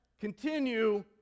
continue